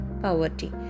poverty